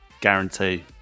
Guarantee